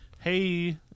hey